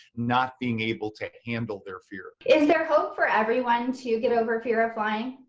not being able to handle their fear. is there hope for everyone to get over a fear of flying?